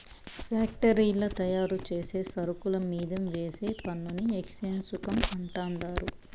ఫ్యాక్టరీల్ల తయారుచేసే సరుకుల మీంద వేసే పన్నుని ఎక్చేంజ్ సుంకం అంటండారు